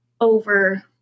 over